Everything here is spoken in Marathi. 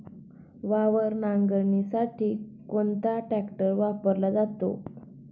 वावर नांगरणीसाठी कोणता ट्रॅक्टर वापरला जातो?